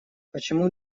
почему